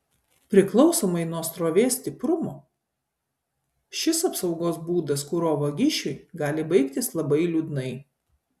priklausomai nuo srovės stiprumo šis apsaugos būdas kuro vagišiui gali baigtis labai liūdnai